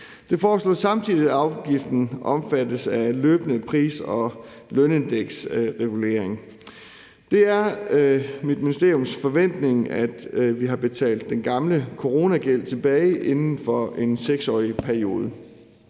Det foreslås samtidig, at afgiften omfattes af løbende pris- og lønindeksregulering. Det er mit ministeriums forventning, at vi har betalt den gamle coronagæld tilbage inden for en 6-årig periode.